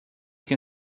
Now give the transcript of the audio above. can